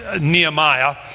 Nehemiah